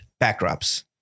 backdrops